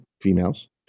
females